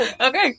Okay